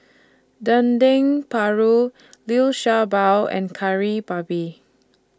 Dendeng Paru Liu Sha Bao and Kari Babi